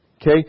Okay